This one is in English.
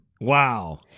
Wow